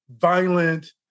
violent